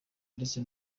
ndetse